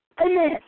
Amen